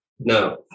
No